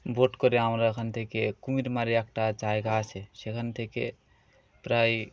vote করে আমরা এখান থেকে কুমিরমারি একটা জায়গা আছে সেখান থেকে প্রায়